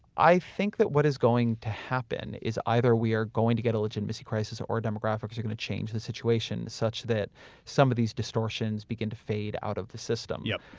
i think that what is going to happen is either we are going to get a legitimacy crisis or demographics are going to change the situation such that some of these distortions begin to fade out of the system. relatedopinionopinionthis